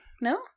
No